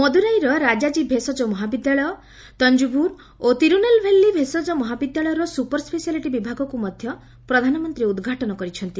ମଦୁରାଇର ରାଜାଜୀ ଭେଷଜ ମହାବିଦ୍ୟାଳୟ ତଞ୍ଜୁଭୁର୍ ଓ ତିରୁନେଲଭେଲୀ ଭେଷଜ ମହାବିଦ୍ୟାଳୟର ସୁପର ସ୍କେଶାଲିଟି ବିଭାଗକୁ ମଧ୍ୟ ପ୍ରଧାନମନ୍ତ୍ରୀ ଉଦ୍ଘାଟନ କରିଛନ୍ତି